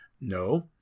No